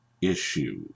issue